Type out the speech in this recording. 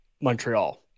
Montreal